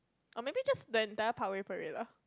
or maybe just the entire Parkway-Parade lah